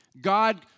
God